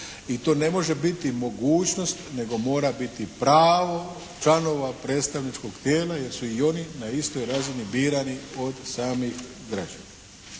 i to ne može biti mogućnost nego mora biti pravo članova predstavničkog tijela jer su i oni na istoj razini birani od samih građana.